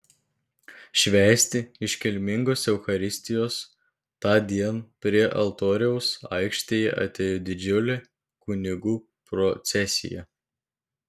švęsti iškilmingos eucharistijos tądien prie altoriaus aikštėje atėjo didžiulė kunigų procesija